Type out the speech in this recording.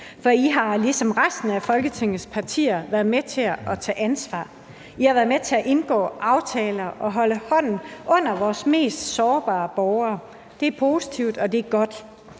for I har ligesom resten af Folketingets partier været med til at tage ansvar; I har været med til at indgå aftaler og holde hånden under vores mest sårbare borgere. Det er positivt, og det er godt.